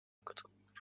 katılmıyor